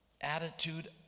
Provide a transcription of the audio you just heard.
attitude